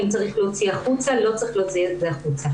האם צריך להוציא החוצה או לא צריך להוציא את זה החוצה.